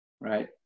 Right